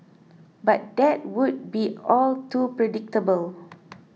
but that would be all too predictable